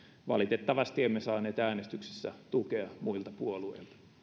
valitettavasti emme saaneet äänestyksessä tukea muilta puolueilta